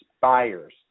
buyers